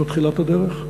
זו תחילת הדרך,